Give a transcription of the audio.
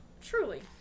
Truly